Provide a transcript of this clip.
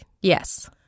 Yes